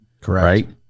Correct